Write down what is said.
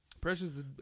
precious